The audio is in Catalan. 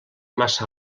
massa